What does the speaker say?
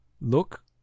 look